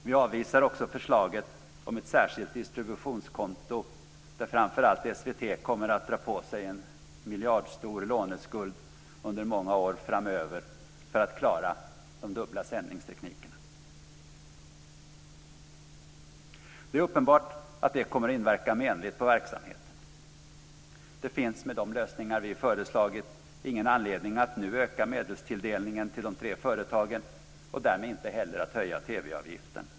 Vi avvisar också förslaget om ett särskilt distributionskonto, där framför allt SVT kommer att dra på sig en miljardstor låneskuld under många år framöver för att klara de dubbla sändningsteknikerna. Det är uppenbart att detta kommer att inverka menligt på verksamheten. Det finns med de lösningar som vi föreslagit ingen anledning att nu öka medelstilldelningen till de tre företagen och därmed inte heller att höja TV-avgiften.